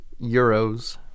euros